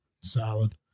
Solid